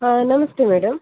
ಹಾಂ ನಮಸ್ತೆ ಮೇಡಮ್